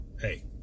hey